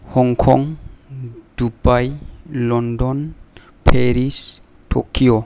Hong Kong Dubai London Paris Tokyo